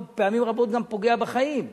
ופעמים רבות הוא פוגע גם בחיים.